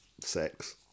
sex